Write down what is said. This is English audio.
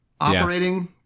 operating